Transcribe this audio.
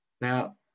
Now